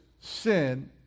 sin